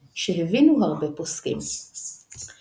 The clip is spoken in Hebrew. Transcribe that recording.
יש לנהוג במנהג זה, ובמקום שלא נהגו,